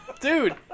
dude